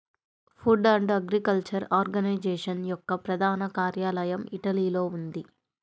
food and agriculture organisation యొక్క ప్రధాన కార్యాలయం ఇటలీలో ఉంది